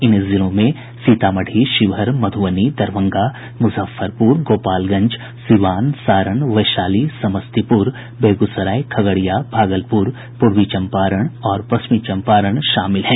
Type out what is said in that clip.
इन जिलों में सीतामढ़ी शिवहर मध्रबनी दरभंगा मुजफ्फरपुर गोपालगंज सीवान सारण वैशाली समस्तीपुर बेगूसराय खगड़िया भागलपुर पूर्वी चंपारण और पश्चिमी चंपारण शामिल हैं